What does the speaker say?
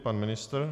Pan ministr?